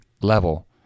level